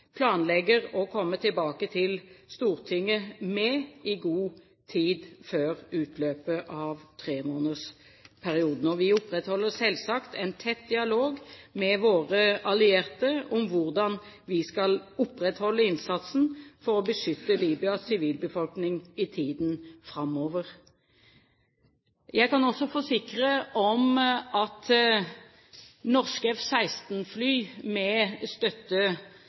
planlegger å komme tilbake til Stortinget i god tid før utløpet av tremånedersperioden. Vi opprettholder selvsagt en tett dialog med våre allierte om hvordan vi skal opprettholde innsatsen for å beskytte Libyas sivilbefolkning i tiden framover. Jeg kan også forsikre om at norske F-16-fly med